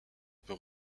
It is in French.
peut